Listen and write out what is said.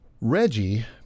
Reggie